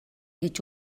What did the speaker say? гэж